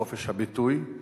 בחופש הביטוי.